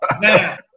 Now